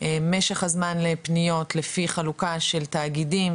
משך הזמן לפניות לפי חלוקה של תאגידים,